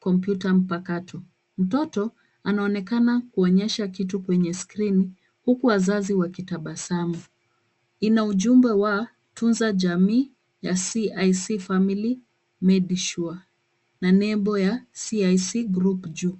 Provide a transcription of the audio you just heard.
kompyuta mpakato. Mtoto anaonekana kuonyesha kitu kwenye skrini huku wazazi wakitabasamu, ina ujumbe wa tunza jamii ya CIC family medisure na nembo ya CIC group juu.